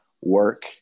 work